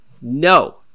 no